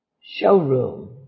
showroom